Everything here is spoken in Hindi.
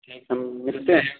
ठीक हम मिलते हैं